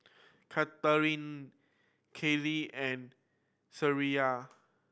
Katelyn Kylee and Shreya